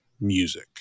music